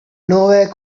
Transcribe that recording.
nowhere